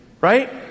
Right